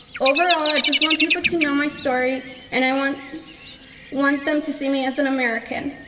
overall, i just want people to know my story and i want want them to see me as an american.